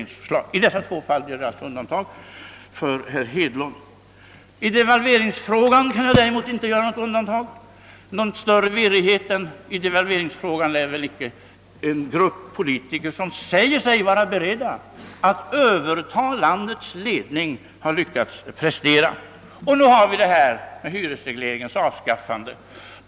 Jag gör, som sagt, i dessa två fall undantag för herr Hedlund. I devalveringsfrågan kan jag däremot inte göra något undantag. Större virrighet än den som från borgerlig sida visades i devalveringsfrågan lär icke en grupp politiker som säger sig beredda att överta landets ledning ha lyckats prestera. Nu gäller det hyresregleringens avskaffande.